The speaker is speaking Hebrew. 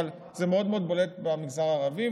אבל זה מאוד מאוד בולט במגזר הערבי,